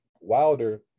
Wilder